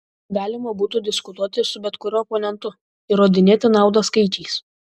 galima būtų diskutuoti su bet kuriuo oponentu įrodinėti naudą skaičiais